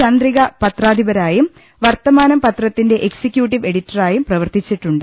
ചന്ദ്രിക പത്രാധിപരായും വർത്തമാനം പത്രത്തിന്റെ എക്സിക്യൂട്ടീവ് എഡിറ്ററായും പ്രവർത്തിച്ചിട്ടുണ്ട്